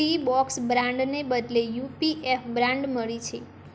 Teabox બ્રાંડને બદલે U P F brand મળી છે